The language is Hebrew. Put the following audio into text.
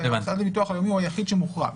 המוסד לביטוח לאומי הוא היחיד שמוחרג.